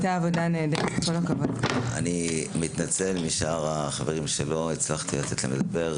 אני מתנצל בפני שאר החברים שלא הצלחתי לתת להם לדבר.